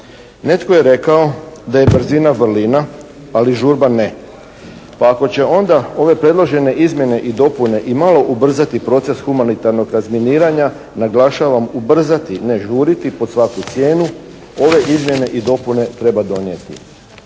Netko je rekao da je brzina vrlina, ali žurba ne. Pa ako će onda ove predložene izmjene i dopune i malo ubrzati proces humanitarnog razminiranja, naglašavam ubrzati ne žuriti pod svaku cijenu, ove izmjene i dopune treba donijeti.